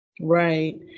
Right